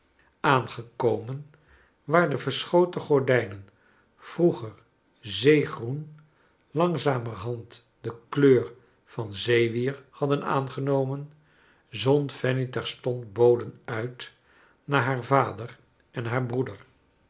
aangekomen waar de verschoten gordijnen vroeger zeegroen langzamerhand de kleur van zeewier hadden aangenomen zond fanny terstond boden uit naar haar vader en haar broeder